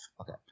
Okay